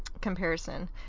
comparison